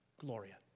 Gloria